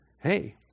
hey